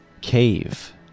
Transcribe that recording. Cave